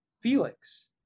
Felix